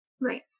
Right